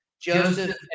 Joseph